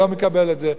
אדוני היושב-ראש,